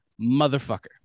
motherfucker